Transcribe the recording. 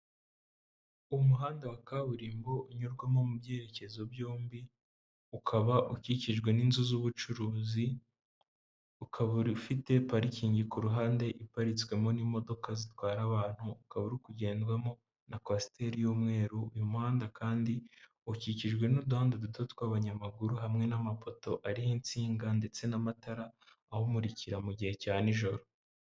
Umuhanda wa kaburimbo unyurwamo mu byerekezo byombi, ukaba ukikijwe n'inzu z'ubucuruzi, ukaba ufite parikingi ku ruhande iparitswemo n'imodoka zitwara abantu, ukaba uri kugendwamo na kwasiteri y'umweru, uyu muhanda kandi ukikijwe n'uduhanda duto tw'abanyamaguru, hamwe n'amapoto ariho insinga ndetse n'amatara awumurikira mu gihe cya nijoro.